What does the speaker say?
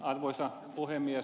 arvoisa puhemies